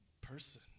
person